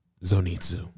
Zonitsu